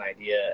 idea